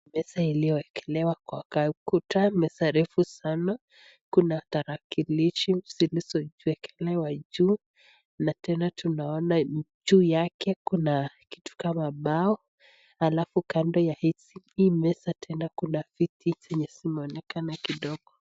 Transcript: Meza iliyowekelewa kwa ukuta, meza refu sana kuna tarakilishi zilizowekelewa juu na tena tunaona juu yake kuna kitu kama mbao halafu kando ya hii meza tena viti zenye zimeonekana kidogo.